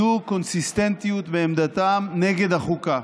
הייתה קונסיסטנטיות בעמדתן נגד החוקה.